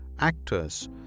actors